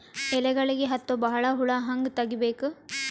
ಎಲೆಗಳಿಗೆ ಹತ್ತೋ ಬಹಳ ಹುಳ ಹಂಗ ತೆಗೀಬೆಕು?